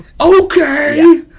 okay